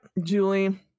julie